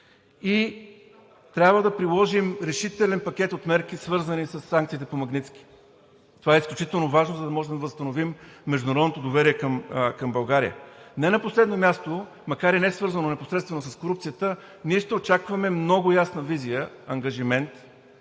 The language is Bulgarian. Трябва да приложим решителен пакет от мерки, свързани със санкциите по „Магнитски“. Това е изключително важно, за да можем да възстановим международното доверие към България. Не на последно място, макар и не свързано непосредствено с корупцията, ще очакваме много ясна визия – политически